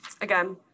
again